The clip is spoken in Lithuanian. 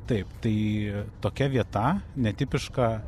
taip tai tokia vieta netipiška